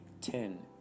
Ten